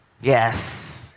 Yes